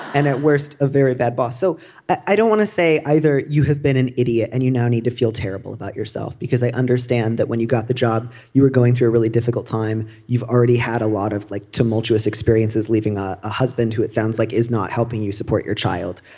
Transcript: and at worst a very a very bad boss so i don't want to say either you have been an idiot and you now need to feel terrible about yourself because i understand that when you got the job you were going through a really difficult time. you've already had a lot of like tumultuous experiences leaving a a husband who it sounds like is not helping you support your child.